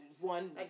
one